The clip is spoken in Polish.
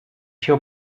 się